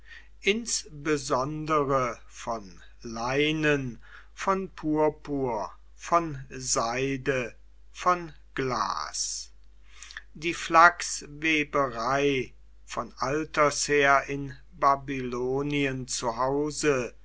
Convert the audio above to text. insbesondere von leinen von purpur von seide von glas die flachsweberei von alters her in babylonien zu